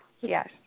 yes